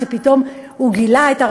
כשפתאום הוא גילה את הרזרבות,